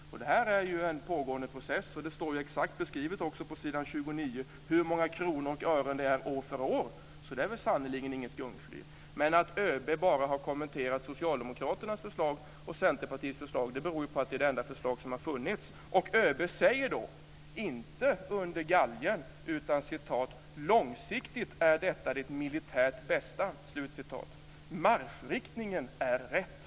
Det här är en pågående process och det finns exakt beskrivet på s. 29 hur många kronor och ören det rör sig om år för år, så det är sannerligen inte fråga om något gungfly! Att ÖB bara har kommenterat Socialdemokraternas och Centerpartiets förslag beror ju på att det är det enda förslag som har funnits. ÖB säger - men inte under galgen: "Långsiktigt är detta det militärt bästa." Marschriktningen är rätt.